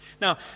Now